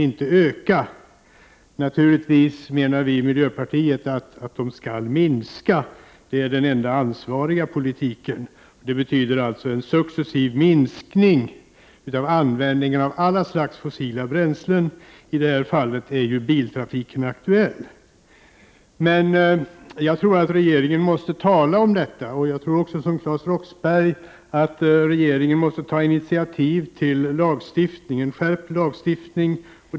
Vii miljöpartiet menar att de naturligtvis skall minska. Det är den enda ansvariga politiken. Det betyder alltså en successiv minskning av användningen av alla slags fossila bränslen. I detta fall är biltrafiken aktuell. Jag tror att regeringen måste tala om detta. Liksom Claes Roxbergh tror jag att regeringen måste ta initiativ till en skärpning av lagstiftningen.